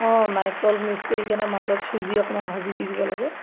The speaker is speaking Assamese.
অঁ নাৰিকল মিক্স কৰি কেনে মাজত চুজি অকণমান ভাজি দি দিব লাগে